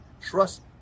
Trust